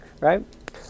right